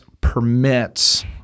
permits